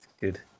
Good